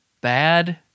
bad